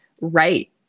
right